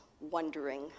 wondering